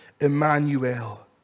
Emmanuel